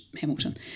Hamilton